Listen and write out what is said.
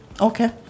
okay